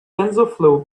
tensorflow